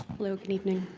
hello, good evening.